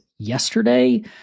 Yesterday